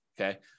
okay